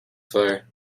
fire